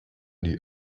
die